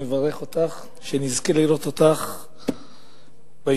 אני מברך אותך שנזכה לראות אותך בישיבות